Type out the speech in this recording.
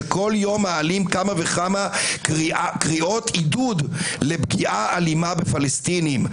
שכל יום מעלים כמה וכמה קריאות עידוד לפגיעה אלימה בפלסטינים.